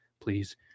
please